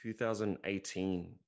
2018